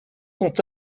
sont